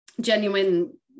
genuine